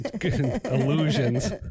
illusions